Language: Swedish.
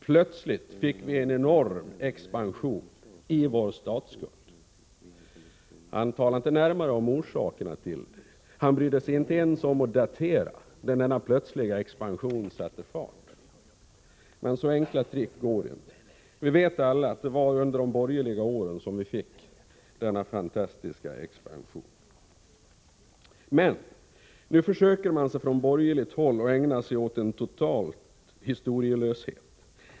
Plötsligt fick man en enorm expansion i vår statsskuld. Han talade inte närmare om orsakerna till detta. Han brydde sig inte ens om att datera när denna plötsliga expansion satte fart. Men så enkla trick går inte. Vi vet alla att det var under de borgerliga åren som vi fick denna fantastiska expansion. Nu försöker man från borgerligt håll att ägna sig åt en total historielöshet.